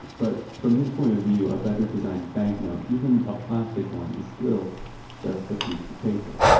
but from his point of view, a better designed bank note, even a plastic one, is still just a piece of paper.